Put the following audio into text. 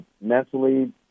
mentally